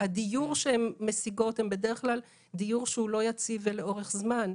הדיור שהן משיגות הוא בדרך כלל דיור שהוא לא יציב ולאורך זמן,